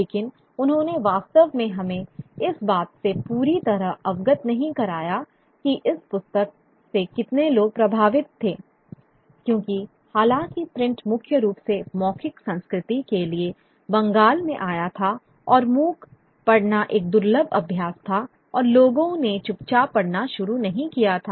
लेकिन उन्होंने वास्तव में हमें इस बात से पूरी तरह अवगत नहीं कराया कि इस पुस्तक से कितने लोग प्रभावित थे क्योंकि हालांकि प्रिंट मुख्य रूप से मौखिक संस्कृति के लिए बंगाल में आया था और मूक पढ़ना एक दुर्लभ अभ्यास था और लोगों ने चुपचाप पढ़ना शुरू नहीं किया था